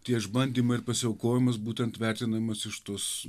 tie išbandymai ir pasiaukojimas būtent vertinamas iš tos